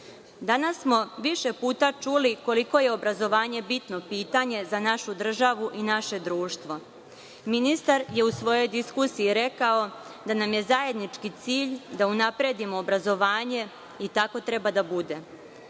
Danas smo više puta čuli koliko je obrazovanje bitno pitanje za našu državu i naše društvo. Ministar je u svojoj diskusiji rekao da nam je zajednički cilj da unapredimo obrazovanje i tako treba da bude.